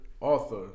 author